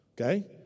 okay